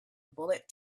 bullet